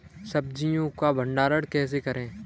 सब्जियों का भंडारण कैसे करें?